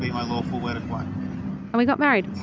my lawful wedded wife and we got married.